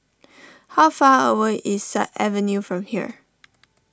how far away is Sut Avenue from here